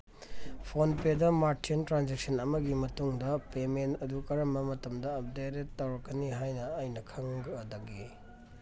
phone ꯄꯦꯗ ꯃꯥꯔꯆꯦꯟ transaction ꯑꯃꯒꯤ ꯃꯇꯨꯡꯗ ꯄꯦꯃꯦꯟ ꯑꯗꯨ ꯀꯔꯝꯕ ꯃꯇꯝꯗ ꯑꯞꯗꯦꯇꯦꯠ ꯇꯧꯔꯛꯀꯅꯤ ꯍꯥꯏꯅ ꯑꯩꯅ ꯈꯪꯒꯗꯒꯦ